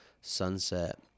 sunset